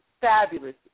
fabulous